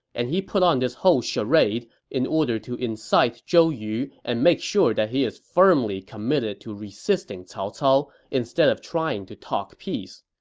and he put on this whole charade in order to incite zhou yu and make sure he is firmly committed to resisting cao cao instead of trying to talk peace.